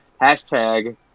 hashtag